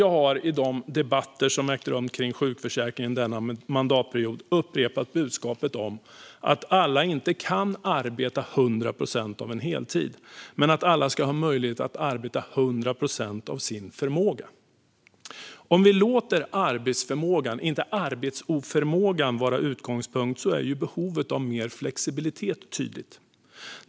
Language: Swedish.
Jag har i de debatter om sjukförsäkringen som har ägt rum denna mandatperiod upprepat budskapet att alla inte kan arbeta 100 procent av en heltid men att alla ska ha möjlighet att arbeta 100 procent av sin förmåga. Om vi låter arbetsförmågan, inte arbetsoförmågan, vara utgångspunkt blir behovet av mer flexibilitet tydligt.